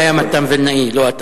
זה היה מתן וילנאי, לא אתה.